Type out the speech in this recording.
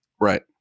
Right